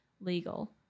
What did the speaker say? legal